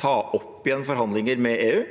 ta opp igjen forhandlinger med EU